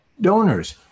donors